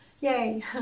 Yay